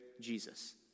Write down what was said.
Jesus